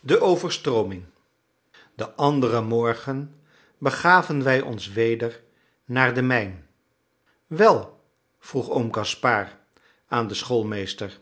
de overstrooming den anderen morgen begaven wij ons weder naar de mijn wel vroeg oom gaspard aan den schoolmeester